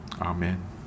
Amen